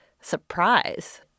surprise